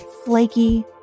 flaky